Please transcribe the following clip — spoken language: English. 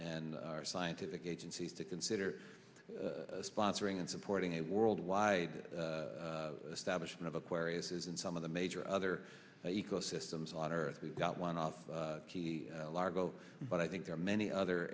nd our scientific agencies to consider sponsoring and supporting a worldwide establishment of aquarius is in some of the major other ecosystems on earth we've got one off key largo but i think there are many other